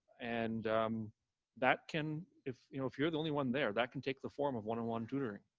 and that can, if you know if you're the only one there, that can take the form of one on one tutoring.